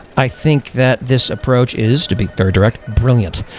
i think that this approach is, to be very direct, brilliant.